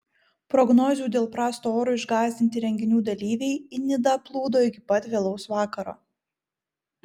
prognozių dėl prasto oro išgąsdinti renginių dalyviai į nidą plūdo iki pat vėlaus vakaro